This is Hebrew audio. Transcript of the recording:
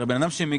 הרי בן אדם שמגיש,